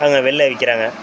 அங்கே வெளியில் விற்கிறாங்க